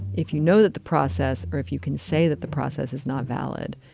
if you know that the process or if you can say that the process is not valid,